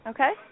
Okay